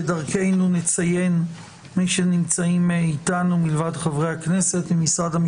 בבקשה, חבר הכנסת קרעי.